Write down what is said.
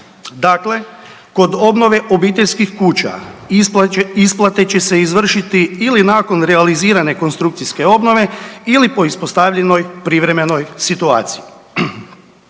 Dakle, kod obnove obiteljskih kuća isplate će se izvršiti ili nakon realizirane konstrukcijske obnove ili po ispostavljenoj privremenoj situaciji.